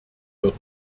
wird